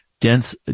dense